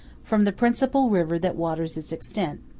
from the principal river that waters its extent.